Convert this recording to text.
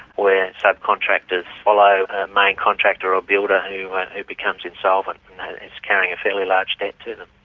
where subcontractors follow a main contractor or builder who and who becomes insolvent and is carrying a fairly large debt to them.